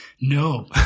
No